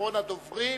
ואחרון הדוברים